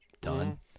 Done